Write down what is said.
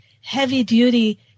heavy-duty